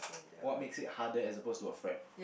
what makes it harder as oppose to a friend